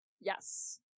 Yes